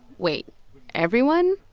wait everyone?